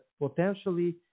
potentially